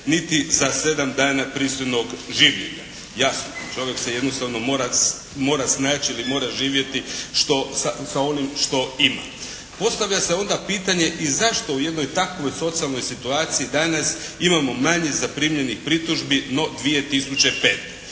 niti za 7 dana pristojnog življenja. Jasno, čovjek se jednostavno mora, mora snaći ili mora živjeti što, sa onim što ima. Postavlja se onda pitanje i zašto u jednoj takvoj socijalnoj situaciji danas imamo manje zaprimljenih pritužbi no 2005.?